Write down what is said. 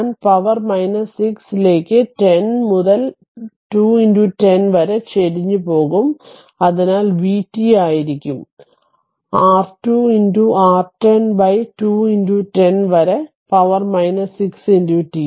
ഞാൻ പവർ 6 ലേക്ക് 10 മുതൽ 2 10 വരെ ചരിഞ്ഞുപോകും അതിനാൽ vt ആയിരിക്കും r 2 r 10 2 10 വരെ പവർ 6 t